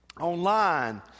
online